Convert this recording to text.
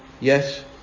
yes